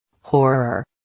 Horror